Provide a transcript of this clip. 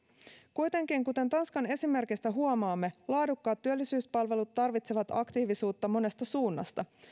kuitenkin kuten tanskan esimerkistä huomaamme laadukkaat työllisyyspalvelut tarvitsevat aktiivisuutta monesta suunnasta